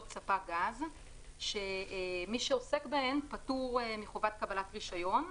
ספק גז שמי שעוסק בהן פטור מחובת קבלת רישיון.